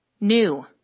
New